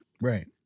Right